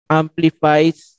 amplifies